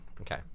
Okay